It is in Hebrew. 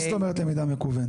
מה זאת אומרת למידה מקוונת?